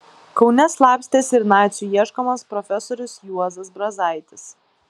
kaune slapstėsi ir nacių ieškomas profesorius juozas brazaitis